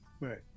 right